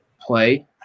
play